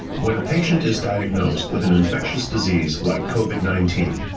when a patient is diagnosed with an infectious disease like covid nineteen,